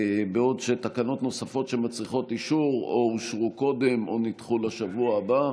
בעוד תקנות נוספות שמצריכות אישור אושרו קודם או נדחו לשבוע הבא.